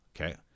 okay